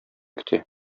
көтә